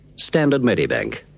standard medibank.